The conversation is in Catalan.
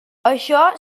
això